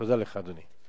תודה לך, אדוני.